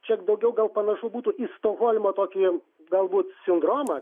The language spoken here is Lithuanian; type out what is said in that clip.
čia daugiau gal panašu būtų į stokholmo tokį galbūt sindromą